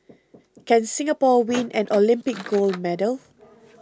can Singapore win an Olympic gold medal